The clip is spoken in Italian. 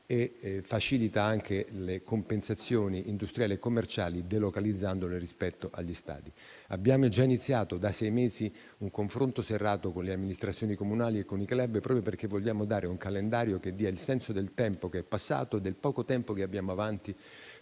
e facilita anche le compensazioni industriali e commerciali, delocalizzandole rispetto agli stadi. Abbiamo già iniziato da sei mesi un confronto serrato con le amministrazioni comunali e con i *club*, proprio perché vogliamo dare un calendario che dia il senso del tempo che è passato e del poco tempo che abbiamo avanti